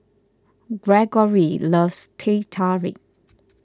Greggory loves Teh Tarik